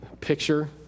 picture